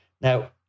Now